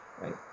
right